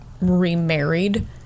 remarried